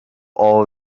all